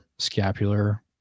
scapular